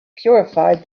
purified